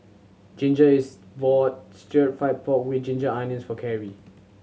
Ginger is bought Stir Fried Pork With Ginger Onions for Karrie